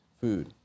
food